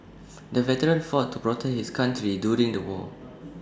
the veteran fought to protect his country during the war